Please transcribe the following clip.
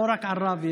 לא רק עראבה,